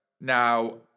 Now